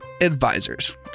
advisors